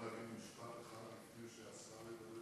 אני רוצה להגיד משפט אחד לפני שהשר מדבר.